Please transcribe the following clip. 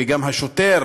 וגם השוטר